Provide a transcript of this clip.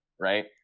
Right